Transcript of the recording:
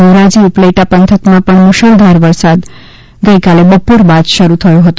ધોરાજી ઉપલેટા પંથકમાં પણ મૂશળધાર વરસાદ ગઇકાલે બપોર બાદ શરૂ થયો હતો